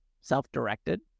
self-directed